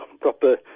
proper